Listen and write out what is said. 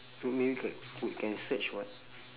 good can stretch [what]